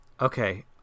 okay